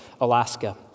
Alaska